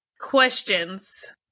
questions